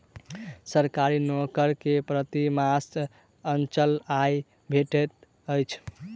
सरकारी नौकर के प्रति मास अचल आय भेटैत अछि